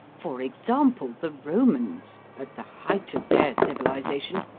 for example, the romans, at the height of their civilisation,